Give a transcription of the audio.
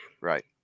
right